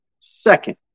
second